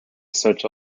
such